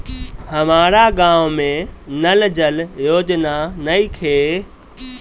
हमारा गाँव मे नल जल योजना नइखे?